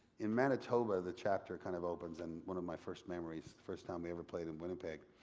in manitoba, the chapter kind of opens and one of my first memories, first time we ever played in winnipeg,